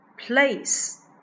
place